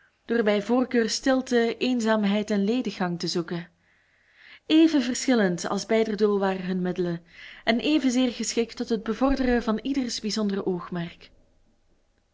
door bij voorkeur stilte eenzaamheid en lediggang te zoeken even verschillend als beider doel waren hun middelen en evenzeer geschikt tot het bevorderen van ieders bijzonder oogmerk